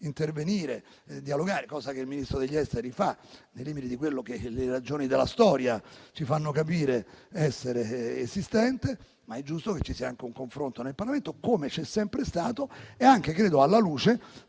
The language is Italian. intervenire e dialogare, cosa che il Ministro degli affari esteri fa, nei limiti di quello che le ragioni della storia ci fanno capire. Ma è giusto che ci sia anche un confronto nel Parlamento, come c'è sempre stato. Anche le ultime